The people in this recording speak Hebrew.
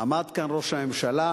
עמד כאן ראש הממשלה,